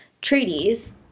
Treaties